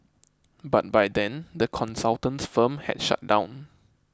but by then the consultant's firm had shut down